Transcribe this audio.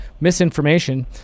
misinformation